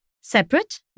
separate